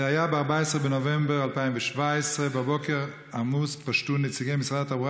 זה היה ב-14 בנובמבר 2017. בבוקר עמוס פשטו נציגי משרד התחבורה